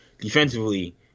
defensively